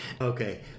Okay